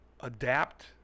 adapt